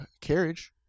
carriage